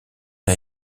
n’a